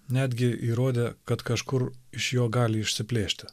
netgi įrodė kad kažkur iš jo gali išsiplėšti